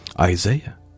Isaiah